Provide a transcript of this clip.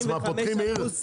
מה, פותחים עיר חדשה?